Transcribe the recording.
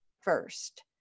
first